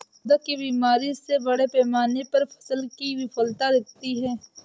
पौधों की बीमारी से बड़े पैमाने पर फसल की विफलता दिखती है